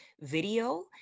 video